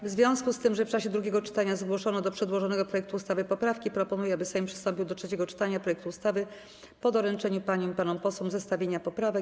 W związku z tym, że w czasie drugiego czytania zgłoszono do przedłożonego projektu ustawy poprawki, proponuję, aby Sejm przystąpił do trzeciego czytania projektu ustawy po doręczeniu paniom i panom posłom zestawienia poprawek.